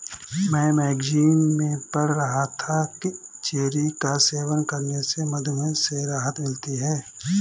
मैं मैगजीन में पढ़ रहा था कि चेरी का सेवन करने से मधुमेह से राहत मिलती है